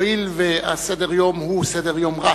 הואיל וסדר-היום הוא סדר-יום רץ,